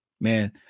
man